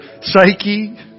psyche